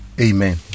Amen